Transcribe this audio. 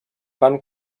van